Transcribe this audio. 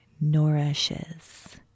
nourishes